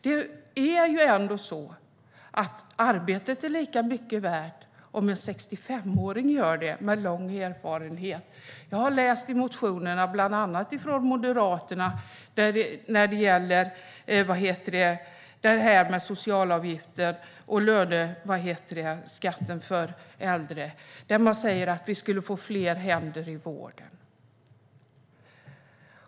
Det är ändå så att arbetet är lika mycket värt om en 65-åring med lång erfarenhet gör det. Jag har läst i motionerna, bland annat från Moderaterna, när det gäller det här med socialavgifter och löneskatt för äldre. Man säger att vi skulle få fler händer i vården.